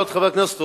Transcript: חבר הכנסת אורון?